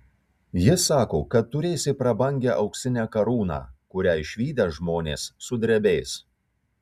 jis sako kad turėsi prabangią auksinę karūną kurią išvydę žmonės sudrebės